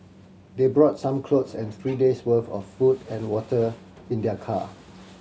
they brought some clothes and three days' worth of food and water in their car